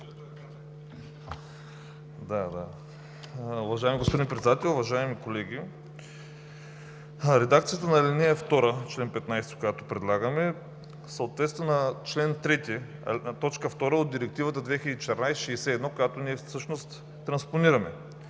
Уважаеми господин Председател, уважаеми колеги! Редакцията на ал. 2, в чл. 15, която предлагаме, съответства на чл. 3, т. 2 от Директивата 2014/61, която ние всъщност транспонираме,